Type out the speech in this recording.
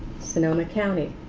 sonoma county.